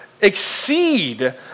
exceed